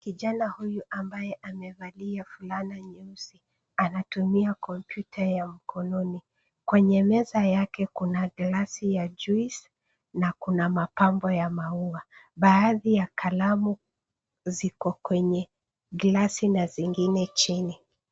Kijana huyu ambaye amevalia fulana nyeusi anatumia kompyuta ya mkononi. Kwenye meza yake kuna glasi ya juice na kuna mapambo ya maua. Baadhi ya kalamu ziko kwenye glasi na zingine chini.